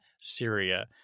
Syria